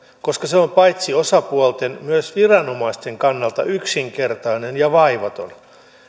koska se on paitsi osapuolten myös viranomaisten kannalta yksinkertainen ja vaivaton